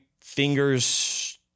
fingers